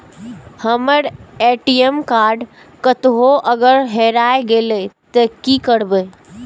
हमर ATM card कतहो अगर हेराय गले ते की करबे?